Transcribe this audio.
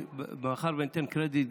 מאחר שאני נותן קרדיט,